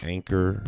Anchor